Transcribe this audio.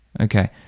Okay